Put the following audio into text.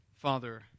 Father